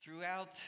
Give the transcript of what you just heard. Throughout